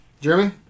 Jeremy